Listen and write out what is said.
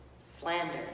slander